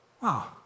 Wow